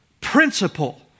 principle